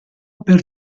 per